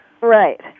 Right